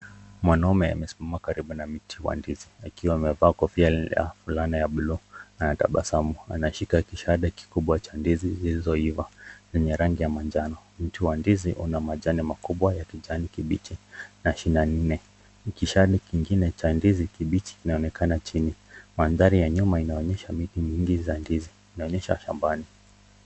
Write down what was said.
Mwanamme amesimama karibu na mti wa ndizi akiwa amevaa kofia ya fulana ya buluu akiwa anatabasamu. Ameshika kishana kikubwa cha ndizi zilizo iva zenye rangi ya manjano. Mti wa ndizi una matawi makubwa ya kijani kimbichi na kishana. Kishina kingine cha ndizi inaoekana chini. Mandhari ya nyuma inaonyesha miti mingi ya ndizi shambani.